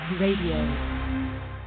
Radio